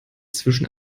zwischen